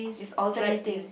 is alternating